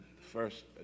first